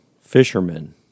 fishermen